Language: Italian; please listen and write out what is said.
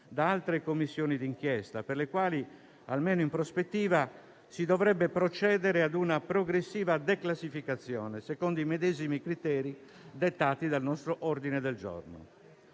da altre Commissioni di inchiesta per le quali, almeno in prospettiva, si dovrebbe procedere a una progressiva declassificazione secondo i medesimi criteri dettati dal nostro ordine del giorno.